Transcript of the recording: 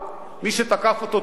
מי שתקף אותו תקף,